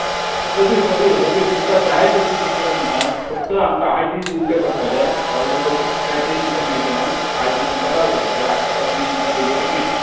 सगळीं सगळीं सगळीं तुमकां जाय तसलीं पुस्तकां सांगात फक्त आमकां आठ दीस दिवचे पडटले ऑर्डर रोखडीच कांय तेच दिसाक मेळची ना आठ दीस तुमकां रावचें पडटलें आठ दिसां उपरांत तुमकां डिलिव्हरी मेळटली